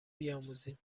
بیاموزیم